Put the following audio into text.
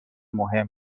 مهم